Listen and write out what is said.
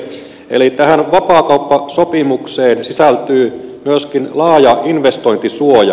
eli tähän vapaakauppasopimukseen sisältyy myöskin laaja investointisuoja